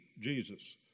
Jesus